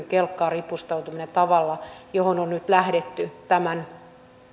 kelkkaan ripustaudutaan tavalla johon on nyt lähdetty tämän